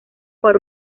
para